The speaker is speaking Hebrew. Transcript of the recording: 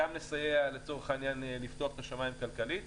זה גם יסייע לפתוח את השמיים מבחינה כלכלית.